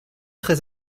très